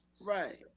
Right